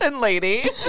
lady